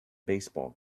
baseball